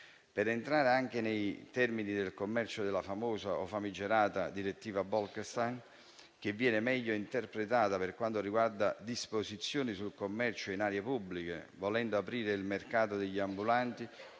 Per entrare anche nei termini del commercio, la famosa - o famigerata - direttiva Bolkestein viene meglio interpretata per quanto riguarda le disposizioni sul commercio in aree pubbliche, volendo aprire il mercato degli ambulanti